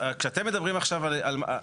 כשאתם מדברים עכשיו על,